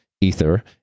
ether